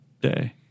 day